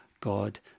God